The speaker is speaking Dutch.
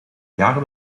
jaar